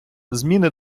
зміни